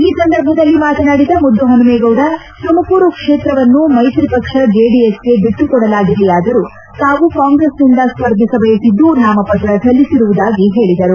ಈ ಸಂದರ್ಭದಲ್ಲಿ ಮಾತನಾಡಿದ ಮುದ್ಧಹನುಮೇಗೌಡ ತುಮಕೂರು ಕ್ಷೇತ್ರವನ್ನು ಮೈತ್ರಿ ಪಕ್ಷ ಜೆಡಿಎಸ್ಗೆ ಬಿಟ್ಟುಕೊಡಲಾಗಿದೆಯಾದರೂ ತಾವು ಕಾಂಗ್ರೆಸ್ನಿಂದ ಸ್ಪರ್ಧಿಸ ಬಯಸಿದ್ದು ನಾಮಪತ್ರ ಸಲ್ಲಿಸಿರುವುದಾಗಿ ಹೇಳಿದರು